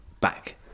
back